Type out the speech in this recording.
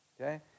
Okay